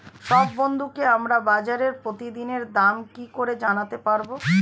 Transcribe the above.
সব বন্ধুকে আমাকে বাজারের প্রতিদিনের দাম কি করে জানাতে পারবো?